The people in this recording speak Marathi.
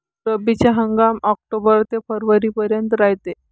रब्बीचा हंगाम आक्टोबर ते फरवरीपर्यंत रायते